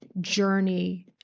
journey